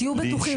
תהיו בטוחים.